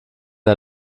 der